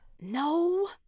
No